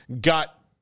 got